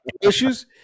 issues